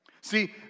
See